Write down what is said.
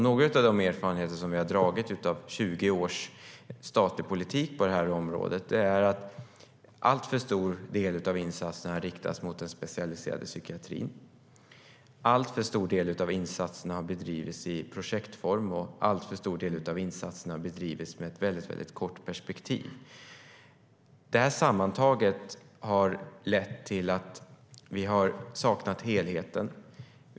Några av de erfarenheter som vi har gjort under 20 års statlig politik på det här området är att alltför stor del av insatserna har riktats mot den specialiserade psykiatrin, att alltför stor del av insatserna har bedrivits i projektform och att alltför stor del av insatserna har bedrivits med ett väldigt kort perspektiv. Sammantaget har det här lett till att vi har saknat helheten.